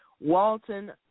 Walton